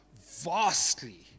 vastly